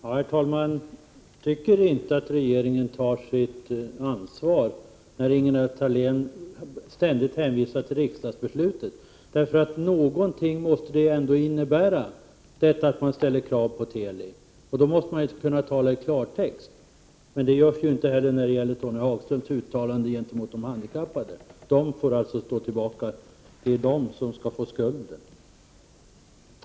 Herr talman! Jag tycker inte att regeringen tar sitt ansvar. Ingela Thalén hänvisar ständigt till riksdagsbeslut, men någonting måste det ändå innebära att man ställer krav på Teli. Då måste man kunna tala i klartext — men det görs ju inte heller när det gäller Tony Hagströms uttalande gentemot de handikappade. De får alltså stå tillbaka; det är de som skall få skulden!